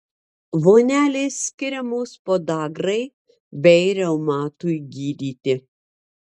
vonelės skiriamos podagrai bei reumatui gydyti